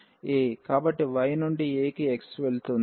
కాబట్టి y నుండి a కి x వెళుతుంది